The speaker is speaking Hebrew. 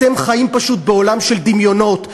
אתם חיים פשוט בעולם של דמיונות.